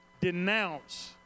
denounce